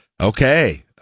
Okay